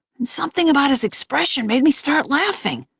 and something about his expression made me start laughing,